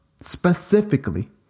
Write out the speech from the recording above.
specifically